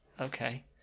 Okay